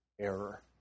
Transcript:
error